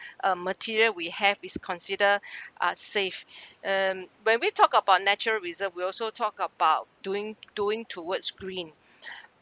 uh material we have if consider are safe um when we talk about natural reserve we also talk about doing doing towards green